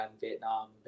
vietnam